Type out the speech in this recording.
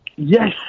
Yes